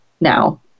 now